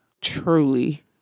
truly